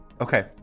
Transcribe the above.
Okay